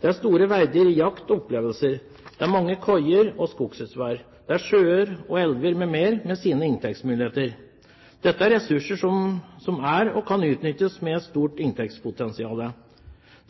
Det er store verdier i jakt og opplevelser. Det er mange koier og skogshusvære, det er sjøer og elver m.m., med sine inntektsmuligheter. Dette er ressurser som finnes, og kan utnyttes, med et stort inntektspotensial.